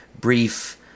brief